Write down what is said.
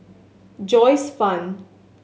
Joyce Fan